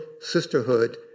sisterhood